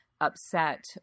upset